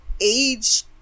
age